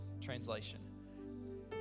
Translation